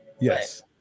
Yes